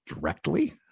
directly